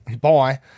Bye